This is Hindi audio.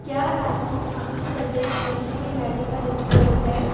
क्या राज्य आंध्र प्रदेश में कोई मेडिकल स्टोर है